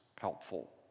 helpful